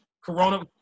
Corona